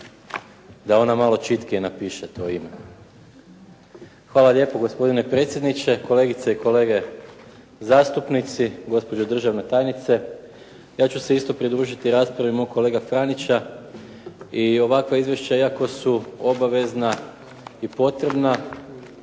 Da ona malo čitkije napiše to ime. Hvala lijepo gospodine predsjedniče. Kolegice i kolege zastupnici, gospođo državna tajnice. Ja ću se isto pridružiti raspravi mog kolege Franića i ovakva izvješća iako su obvezna i potrebna